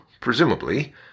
presumably